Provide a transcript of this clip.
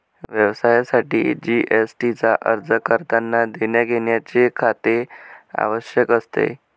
व्यवसायासाठी जी.एस.टी चा अर्ज करतांना देण्याघेण्याचे खाते आवश्यक असते